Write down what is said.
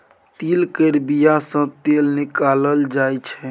तिल केर बिया सँ तेल निकालल जाय छै